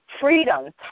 freedom